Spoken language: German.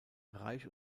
reich